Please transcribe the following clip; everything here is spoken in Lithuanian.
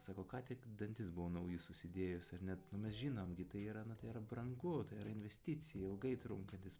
sako ką tik dantis buvau naujus susidėjus ar net nu mes žinom gi tai yra na tai yra brangu yra investicija ilgai trunkantis